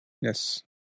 Yes